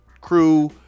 crew